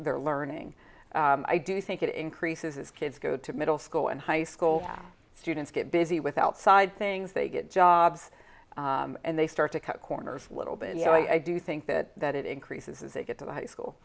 their learning i do think it increases as kids go to middle school and high school students get busy with outside things they get jobs and they start to cut corners a little bit and you know i do think that that it increases as they get to the high school